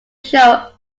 show